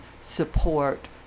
support